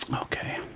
okay